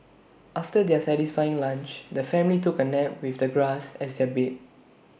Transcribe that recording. after their satisfying lunch the family took A nap with the grass as their bed